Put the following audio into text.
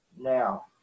Now